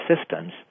systems